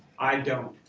i don't.